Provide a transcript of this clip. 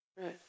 Right